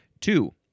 Two